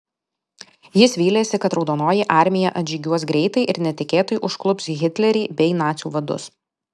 jis vylėsi kad raudonoji armija atžygiuos greitai ir netikėtai užklups hitlerį bei nacių vadus